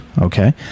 okay